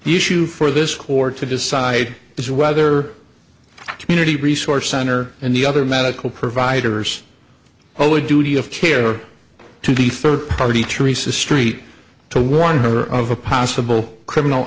issue for this court to decide is whether community resource center and the other medical providers owed duty of care to the third party treece the street to warn her of a possible criminal